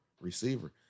receiver